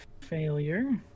failure